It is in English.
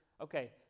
okay